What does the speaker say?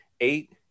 Eight